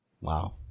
Wow